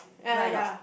right or not